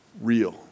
real